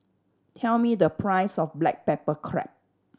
tell me the price of black pepper crab